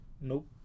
Nope